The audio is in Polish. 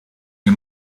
nie